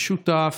משותף,